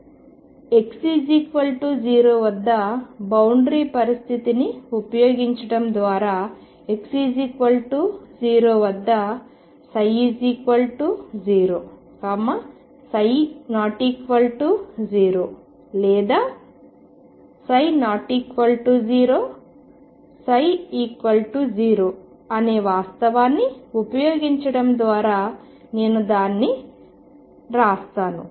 x0 వద్ద boundary పరిస్థితిని ఉపయోగించడం ద్వారాx0 వద్ద ψ0 ψ≠0 లేదా ψ≠0 ψ0 అనే వాస్తవాన్ని ఉపయోగించడం ద్వారా నేను దానిని వ్రాస్తాను